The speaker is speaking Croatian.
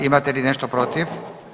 Imate li nešto protiv?